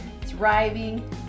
thriving